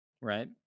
right